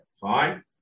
Fine